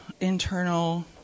internal